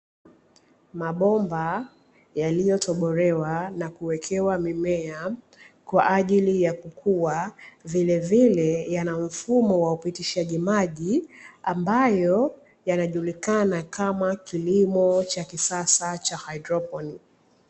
Mabomba yaliyotobolewa na kuwekewa mimea kwa ajili ya kukua. Vilevile yana mfumo wa upitishaji wa maji ambao unajulikana kama kilimo cha kisasa cha haidroponi.